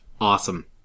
awesome